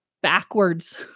backwards